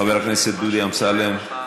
חבר הכנסת דודי אמסלם, דודי,